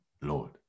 Lord